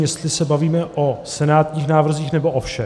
Jestli se bavíme o senátních návrzích, nebo o všech?